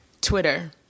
Twitter